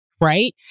right